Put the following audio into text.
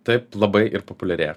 taip labai ir populiarėja